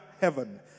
heaven